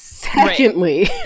secondly